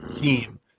team